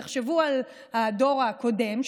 תחשבו על הדור הקודם,